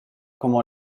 comment